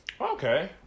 Okay